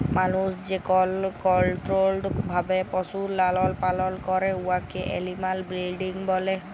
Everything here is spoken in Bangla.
মালুস যেকল কলট্রোল্ড ভাবে পশুর লালল পালল ক্যরে উয়াকে এলিম্যাল ব্রিডিং ব্যলে